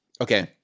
Okay